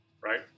Right